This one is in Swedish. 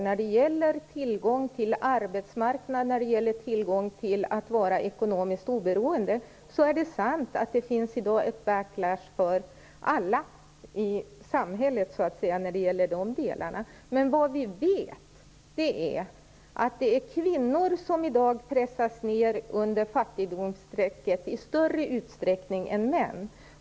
När det gäller tillgång till arbete och att vara ekonomiskt oberoende är det sant att det i dag är en backlash för alla i samhället. Men vad vi vet är att det är kvinnor som i dag pressas ned under fattigdomsstrecket i större utsträckning än män.